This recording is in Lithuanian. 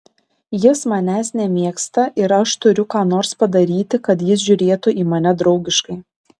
jis manęs nemėgsta ir aš turiu ką nors padaryti kad jis žiūrėtų į mane draugiškai